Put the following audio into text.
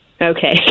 okay